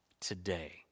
today